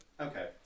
Okay